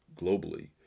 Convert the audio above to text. globally